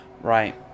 right